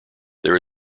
there